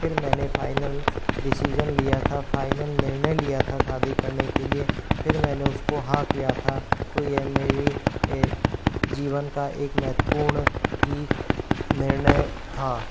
फिर मैंने final decision लिया था फ़ाइनल निर्णय लिया था शादी करने के लिए फिर मैंने उसको हाँ किया था तो यह मेरे जीवन का एक महत्वपूर्ण ही निर्णय था